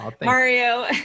Mario